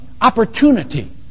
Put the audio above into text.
opportunity